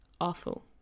awful